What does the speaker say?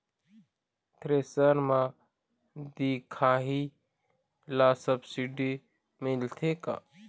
Thresher म दिखाही ला सब्सिडी मिलथे का?